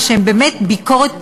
ושהם באמת ביקורת בונה.